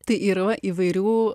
tai yra įvairių